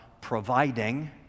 providing